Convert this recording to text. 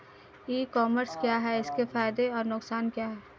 ई commerce क्या है इसके फायदे और नुकसान क्या है?